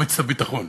במועצת הביטחון,